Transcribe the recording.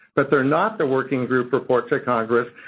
that they're not the working group report to congress,